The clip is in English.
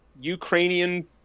Ukrainian